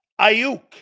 Ayuk